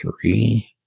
Three